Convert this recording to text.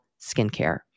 skincare